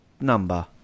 number